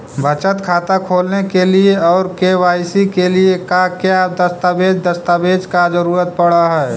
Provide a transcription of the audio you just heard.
बचत खाता खोलने के लिए और के.वाई.सी के लिए का क्या दस्तावेज़ दस्तावेज़ का जरूरत पड़ हैं?